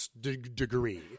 degree